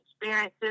experiences